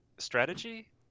Strategy